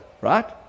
right